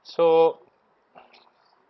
so